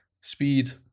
speed